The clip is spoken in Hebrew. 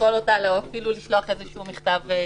לבחון אותה ואפילו לשלוח איזשהו מכתב דחייה.